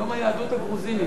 יום היהדות הגרוזינית.